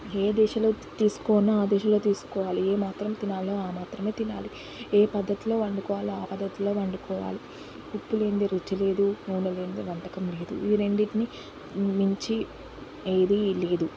ఏ దశలో తీసుకోవాలనో ఆ దశలో తీసుకోవాలి ఏ మాత్రం తినాలో ఆ మాత్రమే తినాలి ఏ పద్దతిలో వండుకోవాలో ఆ పద్దతిలో వండుకోవాలి ఉప్పు లేనిదే రుచి లేదు నూనె లేనిదే వంటకం లేదు ఇవి రెండిటిని మించి ఏది లేదు